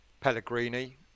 Pellegrini